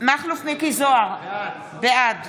מכלוף מיקי זוהר, בעד